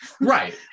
Right